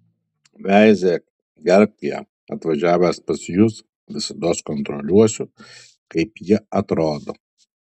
veizėk gerbk ją atvažiavęs pas jus visados kontroliuosiu kaip ji atrodo